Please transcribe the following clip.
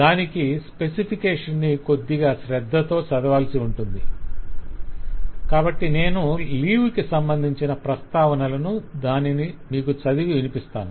దానికి స్పెసిఫికేషన్ ని కొద్దిగా శ్రద్ధతో చదవాల్సి ఉంటుంది కాబట్టి నేను లీవ్ కి సంబంధించిన ప్రస్తావనలను దానిని మీకు చదివి వినిపిస్తాను